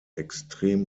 extrem